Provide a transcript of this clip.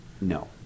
no